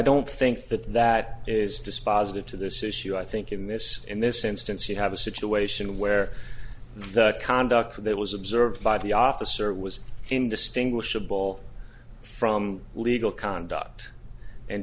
don't think that that is dispositive to this issue i think in this in this instance you have a situation where the conduct that was observed by the officer was indistinguishable from legal conduct and